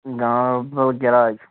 Ganderbal grudge